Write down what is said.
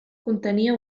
contenia